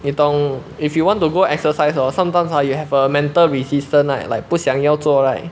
你懂 if you want to go exercise hor sometimes ah you have a mental resistance right like 不想要做 right